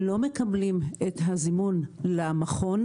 מקבלים את הזימון למכון,